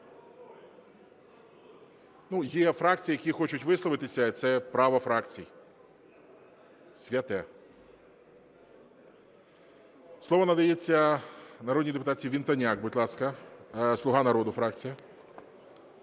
Є фракції, які хочуть висловитися, це право фракцій святе. Слово надається народній депутатці Вінтоняк. Будь ласка. "Слуга народу" фракція.